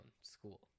school